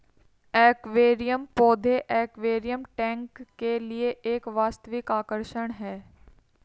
aquarium पौधे aquarium tank के लिए एक वास्तविक आकर्षण है